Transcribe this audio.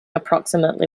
approximately